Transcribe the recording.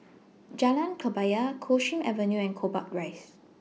Jalan Kebaya Coldstream Avenue and Gombak Rise